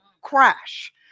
crash